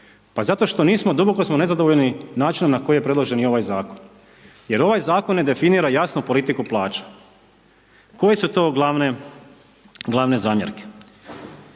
Pa zato što duboko smo nezadovoljni načinom na koji je predložen ovaj zakon jer ovaj zakon ne definira jasnu politiku plaće. koje su to glavne zamjerke?